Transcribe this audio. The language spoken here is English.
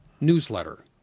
newsletter